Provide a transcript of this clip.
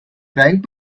trying